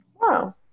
Wow